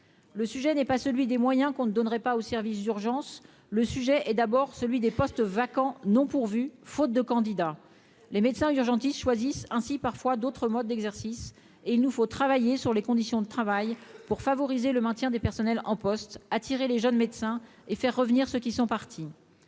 le sujet n'est pas celui des moyens qu'on ne donnerait pas au service d'urgence, le sujet est d'abord celui des postes vacants non pourvus faute de candidats, les médecins urgentistes choisissent ainsi parfois d'autres modes d'exercice et il nous faut travailler sur les conditions de travail pour favoriser le maintien des personnels en poste, attirer les jeunes médecins et faire revenir ceux qui sont partis,